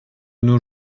nos